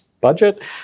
budget